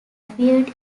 appeared